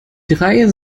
drei